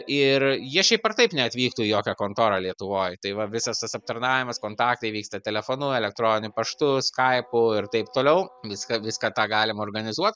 ir jie šiaip ar taip neatvyktų į jokią kontorą lietuvoj tai va visas tas aptarnavimas kontaktai vyksta telefonu elektroniniu paštu skaipu ir taip toliau viską viską tą galima organizuot